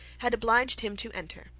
had obliged him to enter,